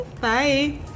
bye